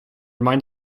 mind